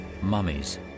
Mummies